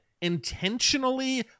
intentionally